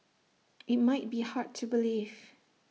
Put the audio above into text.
IT might be hard to believe